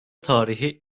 tarihi